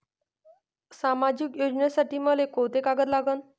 सामाजिक योजनेसाठी मले कोंते कागद लागन?